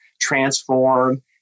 transform